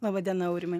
laba diena aurimai